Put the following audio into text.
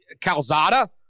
Calzada